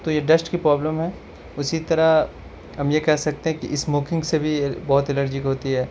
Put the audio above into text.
تو یہ ڈسٹ کی پرابلم ہے اسی طرح ہم یہ کہہ سکتے ہیں کہ اسموکنگ سے بھی بہت الرجک ہوتی ہے